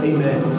Amen